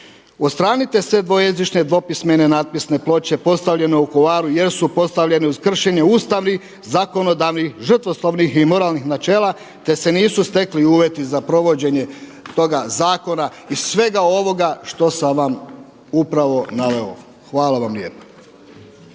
odstranite sve dvojezične dvopismene natpisne ploče postavljene u Vukovaru jer su postavljene uz kršenje ustavnih, zakonodavnih, žrtvoslovnih i moralnih načela, te se nisu stekli uvjeti za provođenje toga zakona, iz svega ovoga što sam vam upravo naveo. Hvala vam lijepa.